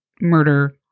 murder